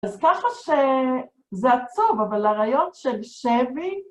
אז ככה ש... זה עצוב, אבל הרעיון של שווי...